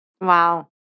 Wow